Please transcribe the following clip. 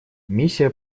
миссия